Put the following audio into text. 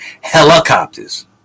helicopters